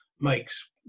makes